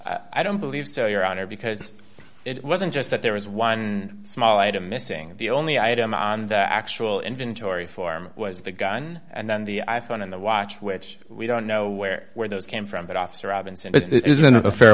i don't believe so your honor because it wasn't just that there was one small item missing the only item on the actual inventory form was the gun and then the i phone and the watch which we don't know where where those came from that officer robinson it's been a fair